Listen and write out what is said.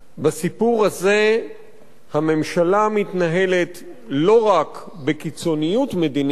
בסיפור הזה הממשלה מתנהלת לא רק בקיצוניות מדינית,